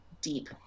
deep